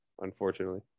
unfortunately